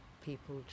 people